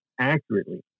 accurately